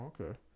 okay